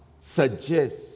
suggest